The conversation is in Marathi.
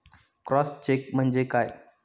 क्रॉस चेक म्हणजे काय?